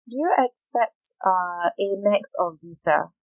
do you accept uh AMEX or VISA